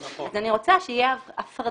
אז אני רוצה שתהיה הפרדה,